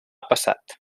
passat